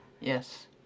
Yes